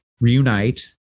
reunite